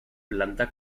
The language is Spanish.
planta